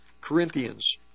Corinthians